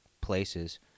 places